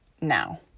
now